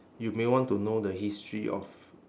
you may want to know the history of